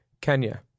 Kenya